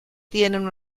tienen